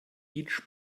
each